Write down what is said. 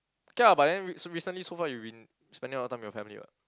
K ah but then rec~ so recently so far you've been spending a lot of time with your family [what]